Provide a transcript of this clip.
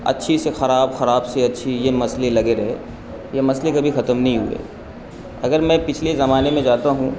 اچھی سے خراب خراب سے اچھی یہ مسئلے لگے رہے یہ مسئلے کبھی ختم نہیں ہوئے اگر میں پچھلے زمانے میں جاتا ہوں